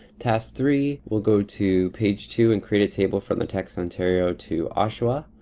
task three we'll go to page two and create a table from the text ontario to oshawa,